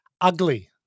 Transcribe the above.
Ugly